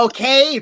Okay